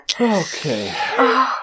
Okay